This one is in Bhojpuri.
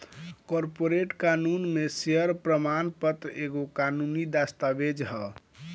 कॉर्पोरेट कानून में शेयर प्रमाण पत्र एगो कानूनी दस्तावेज हअ